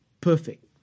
perfect